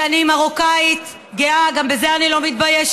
שאני מרוקאית גאה, גם בזה אני לא מתביישת,